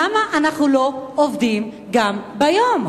למה אנחנו לא עובדים גם ביום?